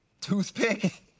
Toothpick